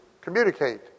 communicate